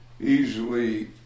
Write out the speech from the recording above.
easily